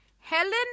Helen